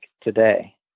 today